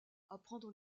apprendre